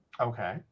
Okay